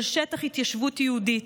של שטח התיישבות יהודית.